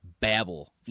Babble